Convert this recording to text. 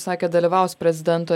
sakė dalyvaus prezidento